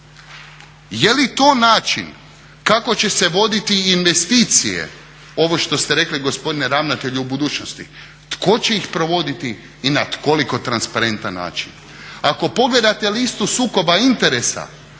Je li to način kako će se voditi investicije, ovo što ste rekli gospodine ravnatelju u budućnosti? Tko će ih provoditi i na koliko transparentan način? Ako pogledate listu sukoba interesa